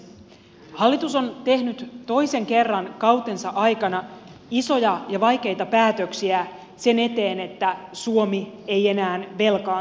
hallitus on tehnyt toisen kerran kautensa aikana isoja ja vaikeita päätöksiä sen eteen että suomi ei enää velkaantuisi